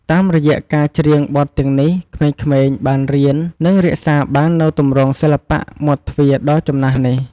តាមរយៈការច្រៀងបទទាំងនេះ ក្មេងៗបានរៀន និងរក្សាបាននូវទម្រង់សិល្បៈមាត់ទ្វារដ៏ចំណាស់នេះ។